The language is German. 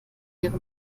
ihre